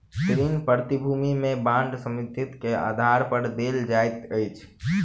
ऋण प्रतिभूति में बांड संपत्ति के आधार पर देल जाइत अछि